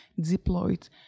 deployed